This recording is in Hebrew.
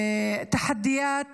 (אומרת דברים